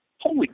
holy